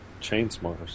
Chainsmokers